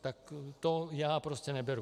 Tak to já prostě neberu.